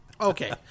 Okay